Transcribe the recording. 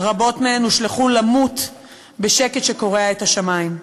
רבות מהן הושלכו למות בשקט שקורע את השמים.